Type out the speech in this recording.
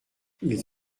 ils